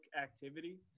activity